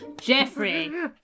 Jeffrey